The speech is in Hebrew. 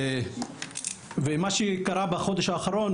מה שקרה בחודש האחרון